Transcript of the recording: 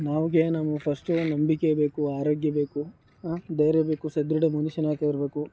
ನಮ್ಗೆ ನಮಗೆ ಫಸ್ಟು ನಂಬಿಕೆ ಬೇಕು ಆರೋಗ್ಯ ಬೇಕು ಹಾಂ ಧೈರ್ಯ ಬೇಕು ಸದೃಢ ಮನುಷ್ಯನಾಗಿರಬೇಕು